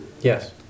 Yes